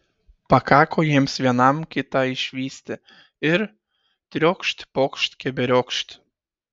pakako jiems vienam kitą išvysti ir triokšt pokšt keberiokšt